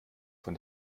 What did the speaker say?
von